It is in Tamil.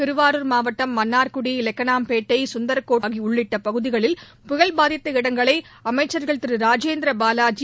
திருவாரூர் மாவட்டம் மன்னார்குடி லெக்கனாம்பேட்டை சுந்தரக்கோட்டை உள்ளிட்ட பகுதிகளில் புயல் பாதித்த இடங்களை அமைச்சர்கள் திரு ராஜேந்திர பாலாஜி